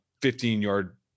15-yard